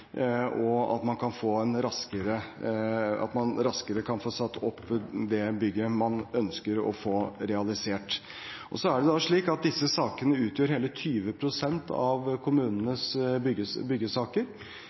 og at man raskere kan få satt opp det bygget man ønsker å få realisert. Så er det slik at disse sakene utgjør hele 20 pst. av